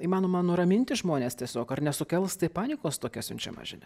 įmanoma nuraminti žmones tiesiog ar nesukels tai panikos tokia siunčiama žinia